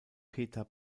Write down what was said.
peter